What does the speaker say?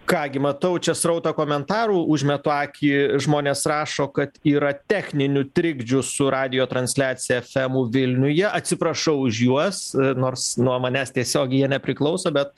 ką gi matau čia srautą komentarų užmetu akį žmonės rašo kad yra techninių trikdžių su radijo transliacija ef emu vilniuje atsiprašau už juos nors nuo manęs tiesiogiai jie nepriklauso bet